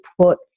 put